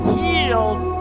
healed